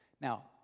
Now